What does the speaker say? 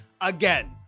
again